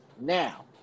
Now